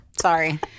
Sorry